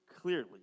clearly